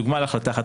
דוגמה להחלטה אחת.